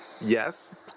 Yes